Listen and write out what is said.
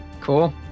Cool